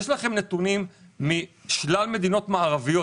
יש לכם נתונים משלל מדינות מערביות.